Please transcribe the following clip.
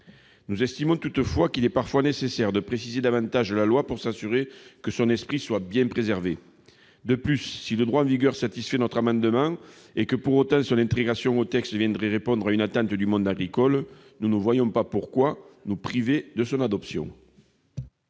Nous estimons toutefois qu'il est parfois nécessaire de préciser davantage la loi pour s'assurer que son esprit soit bien préservé. De plus, si le droit en vigueur satisfait notre amendement, mais que, pour autant, son intégration au texte répond à une attente du monde agricole, nous ne voyons pas pourquoi nous nous priverions de son adoption.